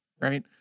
right